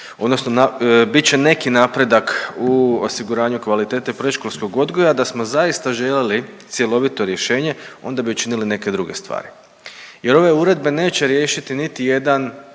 odnosno bit će neki napredak u osiguranju kvalitete predškolskog odgoja, da smo zaista željeli cjelovito rješenje, onda bi učinili neke druge stvari jer ove uredbe neće riješiti niti jedan